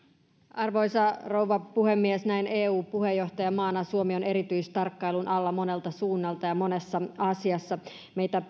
arvoisa rouva puhemies näin eu puheenjohtajamaana suomi on erityistarkkailun alla monelta suunnalta ja monessa asiassa meitä